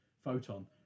photon